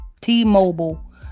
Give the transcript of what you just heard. T-Mobile